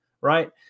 right